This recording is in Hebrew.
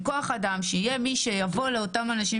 עם כוח אדם שיהיה מי שיבוא לאותם אנשים